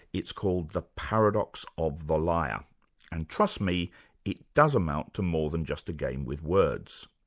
it's called the paradox of the liar and trust me it does amount to more than just a game with words.